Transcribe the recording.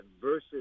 versus